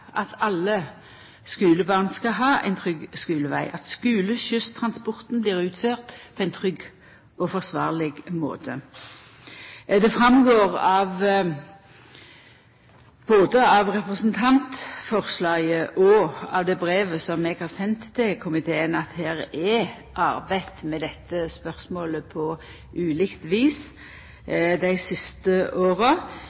at alle skulebarn skal ha ein trygg skuleveg, at skuleskyssen blir utført på ein trygg og forsvarleg måte. Det framgår både av representantforslaget og av det brevet som eg har sendt til komiteen, at det er arbeidd med dette spørsmålet på ulikt vis